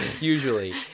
Usually